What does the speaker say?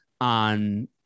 on